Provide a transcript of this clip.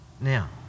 Now